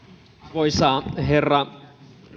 arvoisa herra